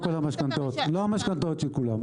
לא כל המשכנתאות, לא המשכנתאות של כולם.